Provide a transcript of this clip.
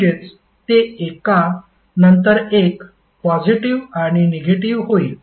म्हणजेच ते एका नंतर एक पॉजिटीव्ह आणि निगेटिव्ह होईल